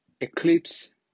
eclipse